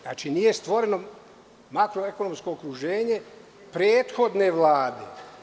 Znači, nije stvoreno makroekonomsko okruženje prethodne Vlade.